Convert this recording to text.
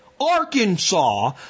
Arkansas